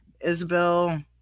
Isabel